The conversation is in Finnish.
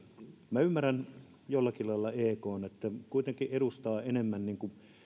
minä ymmärrän jollakin lailla ekta kun se kuitenkin edustaa enemmän sitä niin kuin